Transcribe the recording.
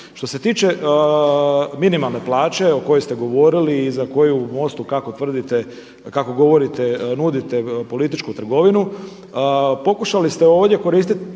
Što se tiče minimalne plaće o kojoj ste govorili i za koju u MOST-u kako tvrdite, kako govorite nudite političku trgovinu pokušali ste ovdje koristeći